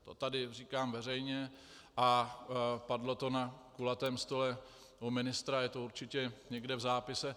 To tady říkám veřejně a padlo to na kulatém stole u ministra, je to určitě někde v zápise.